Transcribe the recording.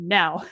now